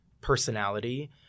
personality